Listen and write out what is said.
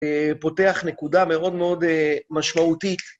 פותח נקודה מאוד מאוד משמעותית.